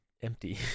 empty